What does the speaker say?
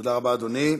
תודה רבה, אדוני,